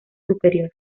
superior